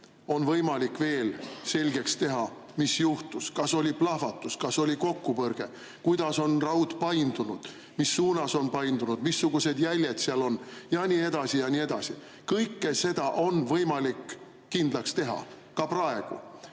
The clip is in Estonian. on võimalik veel selgeks teha, mis juhtus. Kas oli plahvatus, kas oli kokkupõrge, kuidas on raud paindunud, mis suunas on paindunud, missugused jäljed seal on ja nii edasi, ja nii edasi – kõike seda on võimalik kindlaks teha ka praegu.